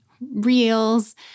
reels